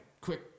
quick